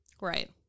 Right